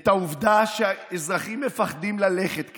את העובדה שאזרחים מפחדים ללכת כאן,